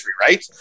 right